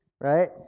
right